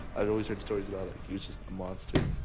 i've always heard stories about, like, he was just the monster.